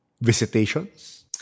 visitations